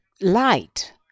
light